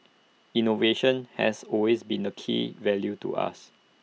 innovation has always been A key value to us